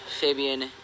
Fabian